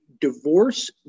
divorce